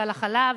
ועל החלב,